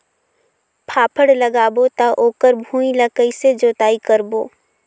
फाफण लगाबो ता ओकर भुईं ला कइसे जोताई करबो?